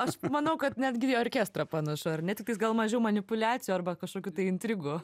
aš manau kad netgi į orkestrą panašu ar ne tiktais gal mažiau manipuliacijų arba kažkokių tai intrigų